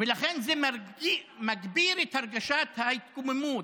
ולכן זה מגביר את הרגשת ההתקוממות,